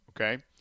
okay